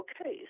Okay